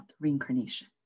reincarnation